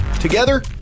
Together